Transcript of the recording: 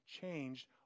changed